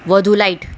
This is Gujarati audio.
વધુ લાઇટ